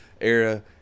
era